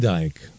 Dyke